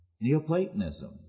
Neoplatonism